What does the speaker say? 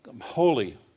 holy